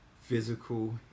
physical